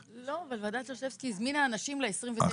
---- ועדת שרשרבסקי הזמינה אנשים ל-29 ביוני.